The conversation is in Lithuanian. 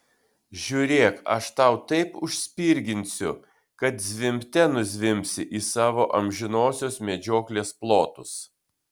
žiūrėk aš tau taip užspirginsiu kad zvimbte nuzvimbsi į savo amžinosios medžioklės plotus